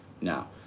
now